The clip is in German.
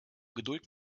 geduld